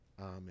Amen